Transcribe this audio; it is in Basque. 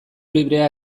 librea